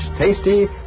tasty